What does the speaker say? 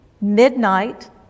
midnight